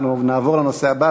אנחנו נעבור לנושא הבא,